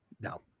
no